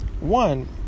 one